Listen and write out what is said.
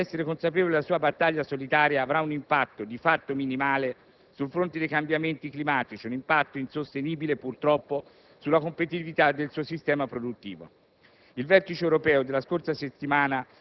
L'Europa può decidere di andare avanti, ma deve essere consapevole che la sua battaglia solitaria avrà un impatto di fatto minimale sul fronte dei cambiamenti climatici e un impatto insostenibile, purtroppo, sulla competitività del suo sistema produttivo.